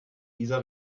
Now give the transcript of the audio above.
dieser